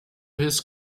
his